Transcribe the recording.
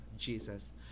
Jesus